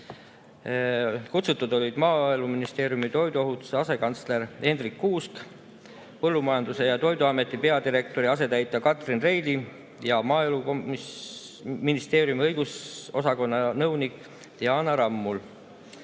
Kutsutud olid Maaeluministeeriumi toiduohutuse asekantsler Hendrik Kuusk, Põllumajandus‑ ja Toiduameti peadirektori asetäitja Katrin Reili ning Maaeluministeeriumi õigusosakonna nõunik Diana Rammul. Peab